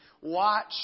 watch